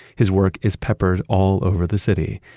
his work is peppered all over the city.